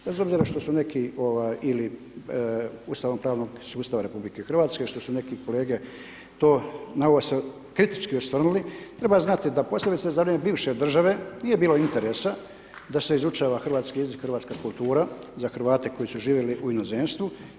Bez obzira što su neki ili ustavnopravnog sustava RH, što su neki kolege to malo je kritički osvrnuli, treba znati da posebice za vrijeme bivše države nije bilo interesa da se izučava hrvatski jezik, hrvatska kultura, za Hrvate koji su živjeli u inozemstvu.